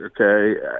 Okay